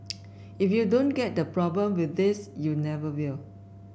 if you don't get the problem with this you never will